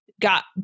got